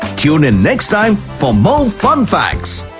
tune in next time for more fun facts.